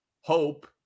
hope